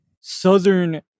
southern